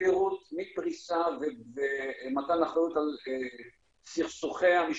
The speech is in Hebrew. מפריסה ומתן אחריות על סכסוכי המשפחות,